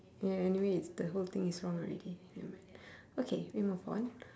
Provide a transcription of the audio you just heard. yeah anyway it's the whole thing is wrong already nevermind okay we move on